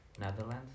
netherlands